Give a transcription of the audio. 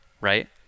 right